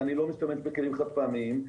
ואני לא משתמש בכלים חד פעמיים,